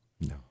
no